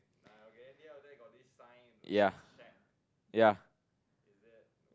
ya ya